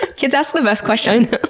kids ask the best questions.